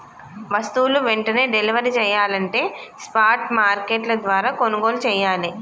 వస్తువులు వెంటనే డెలివరీ చెయ్యాలంటే స్పాట్ మార్కెట్ల ద్వారా కొనుగోలు చెయ్యాలే